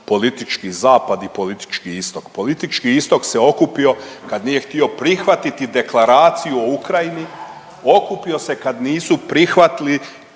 politički zapad i politički istok. Politički istok se okupio kad nije htio prihvatiti Deklaraciju o Ukrajini, okupio se kad nisu prihvatili